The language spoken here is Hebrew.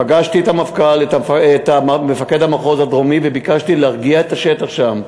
פגשתי את מפקד המחוז הדרומי וביקשתי להרגיע את השטח שם.